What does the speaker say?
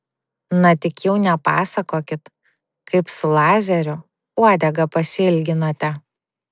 na tik jau nepasakokit kaip su lazeriu uodegą pasiilginote